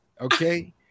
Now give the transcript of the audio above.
okay